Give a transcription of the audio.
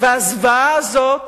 והזוועה הזאת